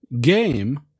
game